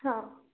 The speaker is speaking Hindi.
हाँ